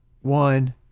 one